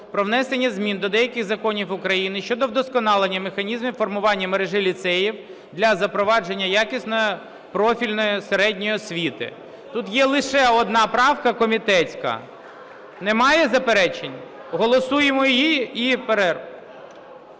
про внесення змін до деяких законів України щодо вдосконалення механізмів формування мережі ліцеїв для запровадження якісної профільної середньої освіти. Тут є лише одна правка, комітетська. Немає заперечень? Голосуємо її - і перерва.